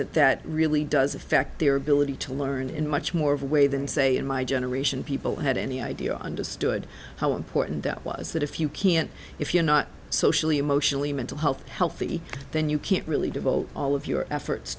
that that really does affect their ability to learn in much more of a way than say in my generation people had any idea understood how important that was that if you can't if you're not socially emotionally mental health healthy then you can't really devote all of your efforts